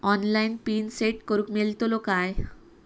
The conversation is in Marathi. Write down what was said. ऑनलाइन पिन सेट करूक मेलतलो काय?